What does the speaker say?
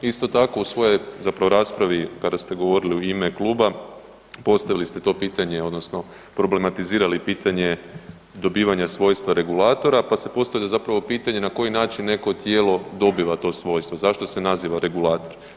Isto tako u svojoj zapravo raspravi kada ste govorili u ime kluba postavili ste to pitanje odnosno problematizirali pitanje dobivanja svojstva regulatora, pa se postavlja zapravo pitanje na koji način neko tijelo dobiva to svojstvo, zašto se naziva regulator.